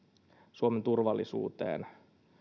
suomen turvallisuuteen